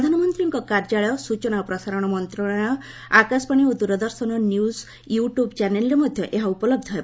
ପ୍ରଧାନମନ୍ତ୍ରୀଙ୍କ କାର୍ଯ୍ୟାଳୟ ସୂଚନା ଓ ପ୍ରସାରଣ ମନ୍ତ୍ରଣାଳ ଆକାଶବାଣୀ ଓ ଦୂରଦର୍ଶନ ନ୍ୟୁଜ୍ ୟୁଟୁବ୍ ଚ୍ୟାନେଲ୍ରେ ମଧ୍ୟ ଏହା ଉପଲବ୍ଧ ହେବ